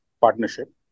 partnership